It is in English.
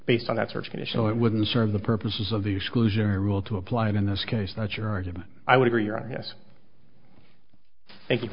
based on that search conditional it wouldn't serve the purposes of the exclusionary rule to apply in this case not your argument i would agree on this thank you